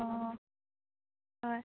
অ হয়